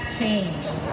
changed